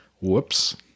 Whoops